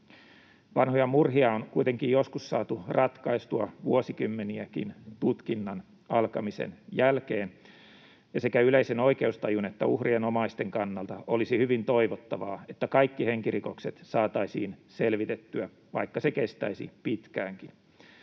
Vanhoja murhia on kuitenkin joskus saatu ratkaistua vuosikymmeniäkin tutkinnan alkamisen jälkeen, ja sekä yleisen oikeustajun että uhrien omaisten kannalta olisi hyvin toivottavaa, että kaikki henkirikokset saataisiin selvitettyä, vaikka se kestäisi pitkäänkin.